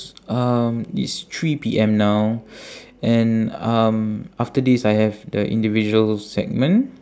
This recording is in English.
um it's three P_M now and um after this I have the individual segment